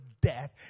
death